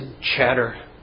chatter